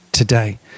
today